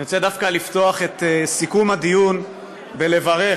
אני רוצה דווקא לפתוח את סיכום הדיון בלברך: